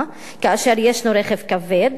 כאשר יש רכב כבד,